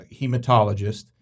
hematologist